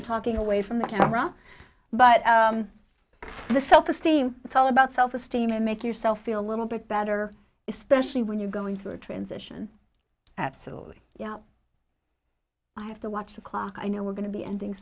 i'm talking away from the camera but the self esteem it's all about self esteem to make yourself feel a little bit better especially when you're going through a transition absolutely i have to watch the clock i know we're going to be ending